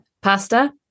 Pasta